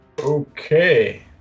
Okay